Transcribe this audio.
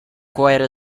quite